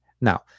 Now